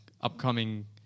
upcoming